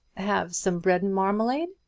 have some bread and marmalade?